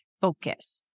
focus